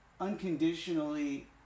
unconditionally